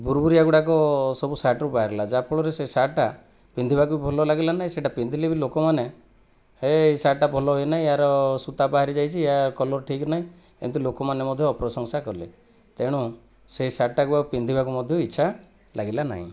ବୁରୁବୁରିଆ ଗୁଡ଼ାକ ସବୁ ସାର୍ଟରୁ ବାହାରିଲା ଯାହାଫଳରେ ସେ ସାର୍ଟଟା ପିନ୍ଧିବାକୁ ଭଲ ଲାଗିଲା ନାହିଁ ସେଇଟା ପିନ୍ଧିଲେ ବି ଲୋକମାନେ ହେ ଏଇ ସାର୍ଟଟା ଭଲ ହୋଇନାହିଁ ୟାର ସୂତା ବାହାରି ଯାଇଛି ଏହାର କଲର ଠିକ୍ ନାହିଁ ଏମତି ଲୋକମାନେ ଅପ୍ରଶଂସା କଲେ ତେଣୁ ସେହି ସାର୍ଟଟାକୁ ଆଉ ପିନ୍ଧିବାକୁ ମଧ୍ୟ ଇଚ୍ଛା ଲାଗିଲା ନାହିଁ